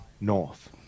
North